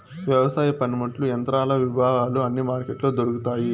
వ్యవసాయ పనిముట్లు యంత్రాల విభాగాలు అన్ని మార్కెట్లో దొరుకుతాయి